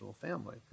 family